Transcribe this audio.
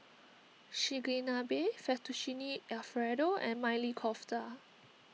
Chigenabe Fettuccine Alfredo and Maili Kofta